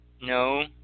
No